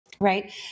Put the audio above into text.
Right